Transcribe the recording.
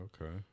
okay